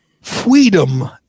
freedom